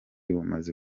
bumaze